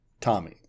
Tommy